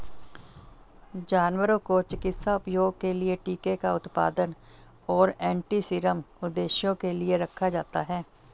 जानवरों को चिकित्सा उपयोग के लिए टीके का उत्पादन और एंटीसीरम उद्देश्यों के लिए रखा जाता है